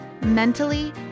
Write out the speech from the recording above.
mentally